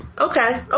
Okay